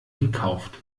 gekauft